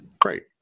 Great